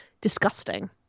disgusting